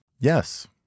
yes